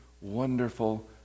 wonderful